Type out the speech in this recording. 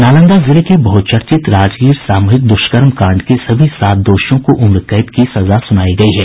नालंदा जिले के बहुचर्चित राजगीर सामूहिक द्वष्कर्म कांड के सभी सात दोषियों को उम्र कैद की सजा सुनायी गयी है